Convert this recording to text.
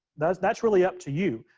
that's that's really up to you,